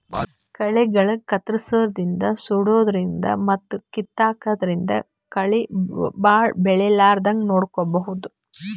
ಕಳಿಗಳಿಗ್ ಕತ್ತರ್ಸದಿನ್ದ್ ಸುಡಾದ್ರಿನ್ದ್ ಮತ್ತ್ ಕಿತ್ತಾದ್ರಿನ್ದ್ ಕಳಿ ಭಾಳ್ ಬೆಳಿಲಾರದಂಗ್ ನೋಡ್ಕೊಬಹುದ್